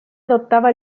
adoptaba